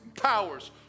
powers